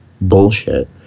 bullshit